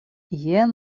jen